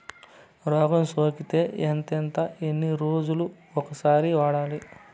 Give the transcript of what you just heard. రోగం సోకితే ఎంతెంత ఎన్ని రోజులు కొక సారి వాడాలి?